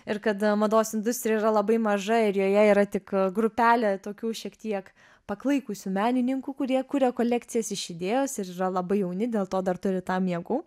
ir kad mados industrija yra labai maža ir joje yra tik grupelė tokių šiek tiek paklaikusių menininkų kurie kuria kolekcijas iš idėjos ir yra labai jauni dėl to dar turiu tam jėgų